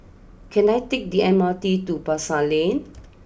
can I take the M R T to Pasar Lane